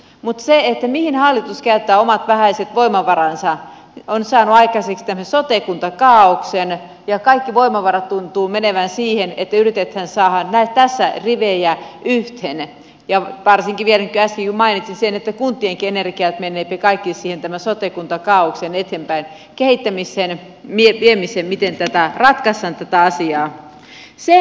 mutta se mihin hallitus käyttää omat vähäiset voimavaransa on saanut aikaiseksi tämmöisen sote kuntakaaoksen ja kaikki voimavarat tuntuvat menevän siihen että yritetään saada tässä rivejä yhteen ja varsinkin niin kuin äskenkin mainitsin kun kuntienkin energiat menevät kaikki tähän sote kuntakaaoksen eteenpäin kehittämiseen sen miettimiseen miten tätä asiaa ratkaistaan